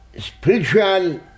spiritual